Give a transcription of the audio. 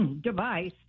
device